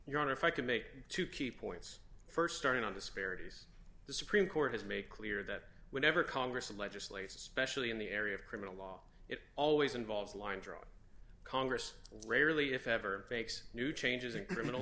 your honor if i can make to keep points st starting on disparities the supreme court has made clear that whenever congress legislates especially in the area of criminal law it always involves a line drawn congress rarely if ever takes new changes in criminal